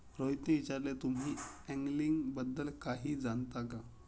रोहितने विचारले, तुम्ही अँगलिंग बद्दल काही जाणता का?